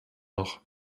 noch